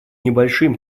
небольшим